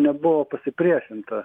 nebuvo pasipriešinta